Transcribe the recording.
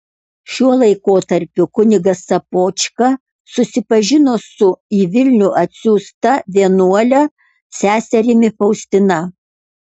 šiuo laikotarpiu kunigas sopočka susipažino su į vilnių atsiųsta vienuole seserimi faustina